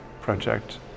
project